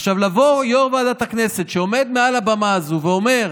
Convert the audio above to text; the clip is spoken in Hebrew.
יו"ר ועדת הכנסת שעומד מעל הבמה הזו ואומר: